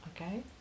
Okay